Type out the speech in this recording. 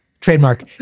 Trademark